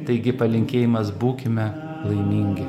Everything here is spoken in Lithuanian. taigi palinkėjimas būkime laimingi